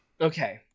okay